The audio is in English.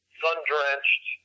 sun-drenched